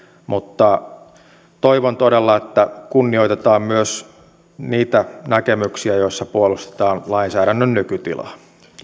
toivon todella että kunnioitetaan myös niitä näkemyksiä joissa puolustetaan lainsäädännön nykytilaa